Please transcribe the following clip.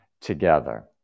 together